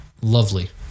lovely